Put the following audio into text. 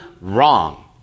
Wrong